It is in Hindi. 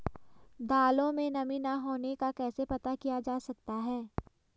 दालों में नमी न होने का कैसे पता किया जा सकता है?